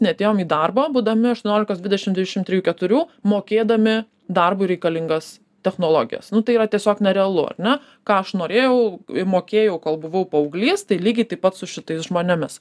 neatėjom į darbą būdami aštuoniolikos dvidešim dvidešim trijų keturių mokėdami darbui reikalingas technologijas nu tai yra tiesiog nerealu ar ne ką aš norėjau mokėjau kol buvau paauglys tai lygiai taip pat su šitais žmonėmis